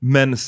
Men